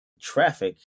traffic